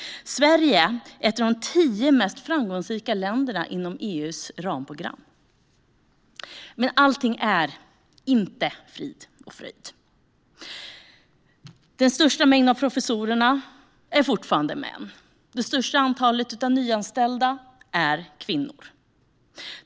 Sverige är ett av de tio mest framgångsrika länderna inom EU:s ramprogram. Men allt är inte frid och fröjd. Det största antalet professorer är fortfarande män. Det största antalet nyanställda är kvinnor.